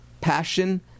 passion